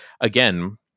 again